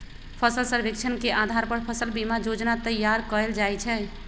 फसल सर्वेक्षण के अधार पर फसल बीमा जोजना तइयार कएल जाइ छइ